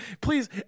please